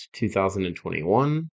2021